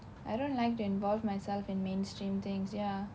I don't like to involve myself in mainstream things ya